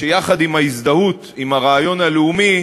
שיחד עם ההזדהות עם הרעיון הלאומי